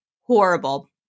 horrible